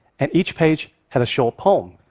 and each page had a short poem.